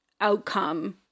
outcome